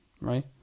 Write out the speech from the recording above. right